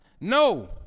No